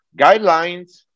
guidelines